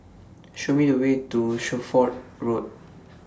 Show Me The Way to Shelford Road